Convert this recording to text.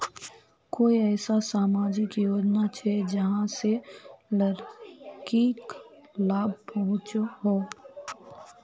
कोई ऐसा सामाजिक योजना छे जाहां से लड़किक लाभ पहुँचो हो?